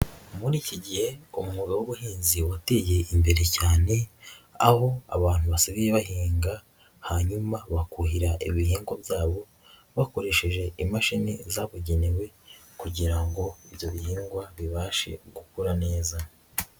Muri iki gihe umwuga w'ubuhinzi wateye imbere cyane aho abantu basigaye bahinga hanyuma bakuhira ibihingwa byabo bakoresheje imashini zabugenewe kugira ngo ibyo bihingwa bibashe gukura neza.